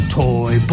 toy